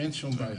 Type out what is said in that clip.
אין שום בעיה.